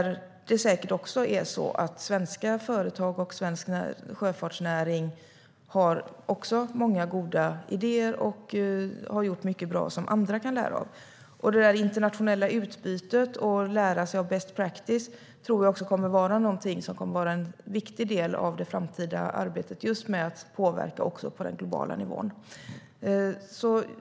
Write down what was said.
Svenska företag och svensk sjöfartsnäring har också många goda idéer och har gjort mycket bra som andra säkert kan lära av. Det internationella utbytet och att lära sig av best practice kommer att vara en viktig del av det framtida arbetet med att påverka också på den globala nivån.